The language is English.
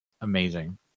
amazing